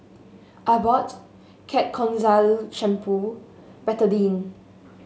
Abbott Ketoconazole Shampoo Betadine